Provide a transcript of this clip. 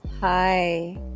Hi